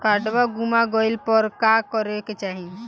काडवा गुमा गइला पर का करेके चाहीं?